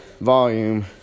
volume